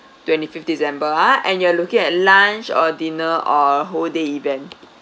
twenty fifth december ah and you're looking at lunch or dinner or a whole day event